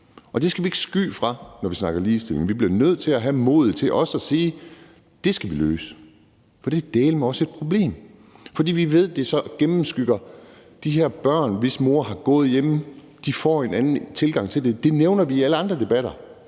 Det skal vi ikke sky, når vi snakker ligestilling. Vi bliver nødt til at have modet til også at sige, at det skal vi løse, for det er dæleme også et problem. Vi ved, at det skygger for de her børn, hvis mor har gået hjemme. De får en anden tilgang til tingene. Det nævner vi i alle andre debatter.